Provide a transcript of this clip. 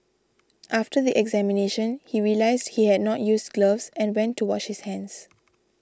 after the examination he realised he had not used gloves and went to wash his hands